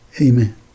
Amen